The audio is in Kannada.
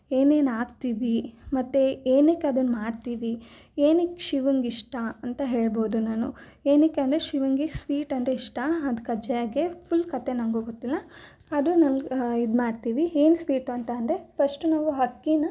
ಏನೇನು ಹಾಕ್ತೀವಿ ಮತ್ತು ಏನಕ್ಕೆ ಅದನ್ನು ಮಾಡ್ತೀವಿ ಏನಕ್ಕೆ ಶಿವಂಗೆ ಇಷ್ಟ ಅಂತ ಹೇಳ್ಬೋದು ನಾನು ಏನಕ್ಕೆ ಅಂದರೆ ಶಿವನಿಗೆ ಸ್ವೀಟ್ ಅಂದರೆ ಇಷ್ಟ ಅದು ಕಜ್ಜಾಯಗೆ ಫುಲ್ ಕಥೆ ನನಗೂ ಗೊತ್ತಿಲ್ಲ ಆದರೂ ನಂಗೆ ಇದು ಮಾಡ್ತೀವಿ ಏನು ಸ್ವೀಟು ಅಂತಂದರೆ ಫಸ್ಟು ನಾವು ಅಕ್ಕೀನ